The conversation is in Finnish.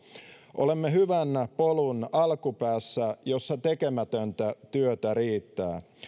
olemme hyvän polun alkupäässä jossa tekemätöntä työtä riittää